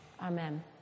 Amen